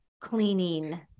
cleaning